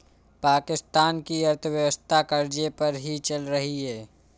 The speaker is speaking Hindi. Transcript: पाकिस्तान की अर्थव्यवस्था कर्ज़े पर ही चल रही है